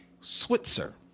Switzer